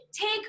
take